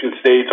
State's